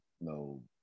no